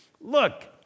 Look